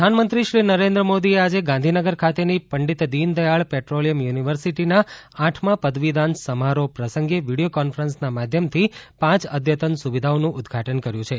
પદવીદાન પ્રધાનમંત્રીશ્રી નરેન્દ્ર મોદીએ આજે ગાંધીનગર ખાતેની પંડિત દીનદયાળ પેટ્રોલિયમ યુનિવર્સિટીના આઠમા પદવીદાન સમારોહ પ્રસંગે વિડીયો કોન્ફરન્સનાં માધ્યમથી પાંચ અદ્યતન સુવિધાઓનું ઉદઘાટન કર્યું છે